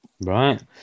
right